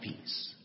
peace